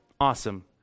awesome